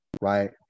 right